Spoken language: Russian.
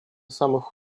самых